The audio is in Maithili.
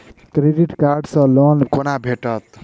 क्रेडिट कार्ड सँ लोन कोना भेटत?